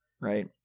right